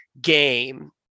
game